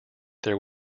there